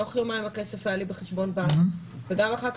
תוך יומיים הכסף היה לי בחשבון הבנק וגם אחר-כך,